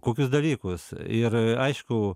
kokius dalykus ir aišku